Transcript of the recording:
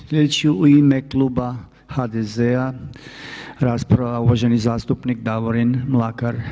Sljedeći u ime kluba HDZ-a rasprava uvaženi zastupnik Davorin Mlakar.